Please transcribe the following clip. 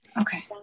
Okay